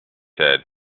said